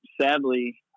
Sadly